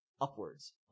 upwards